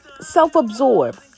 self-absorbed